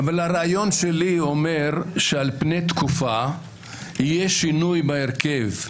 הרעיון שלי אומר שעל פני תקופה יהיה שינוי בהרכב,